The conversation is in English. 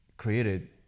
created